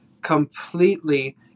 completely